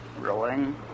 rolling